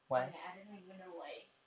and I don't even know why